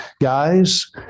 Guys